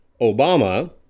Obama